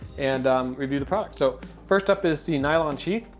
and um review the product. so first up is the nylon sheath.